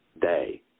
day